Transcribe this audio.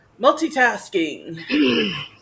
Multitasking